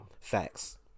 Facts